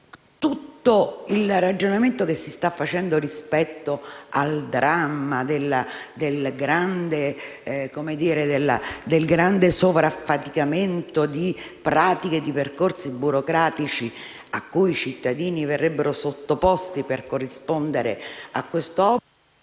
al ragionamento che si sta facendo sul dramma del grande sovraffaticamento di pratiche e di percorsi burocratici cui i cittadini verrebbero sottoposti per corrispondere a questo obbligo,